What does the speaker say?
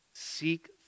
Seek